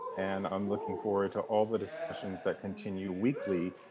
and i'm looking forward to all the discussions that continue weekly,